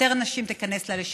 יותר נשים תיכנסנה לשם,